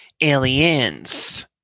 aliens